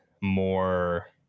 more